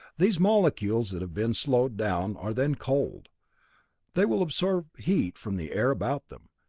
these molecules that have been slowed down are then cold they will absorb heat from the air about them,